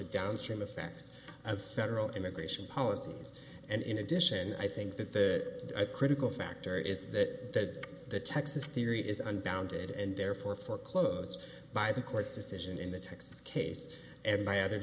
the downstream effects of federal immigration policies and in addition i think that the critical factor is that the texas theory is unfounded and therefore for close by the courts decision in the texas case every other